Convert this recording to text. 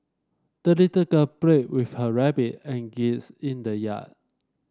the little girl played with her rabbit and geese in the yard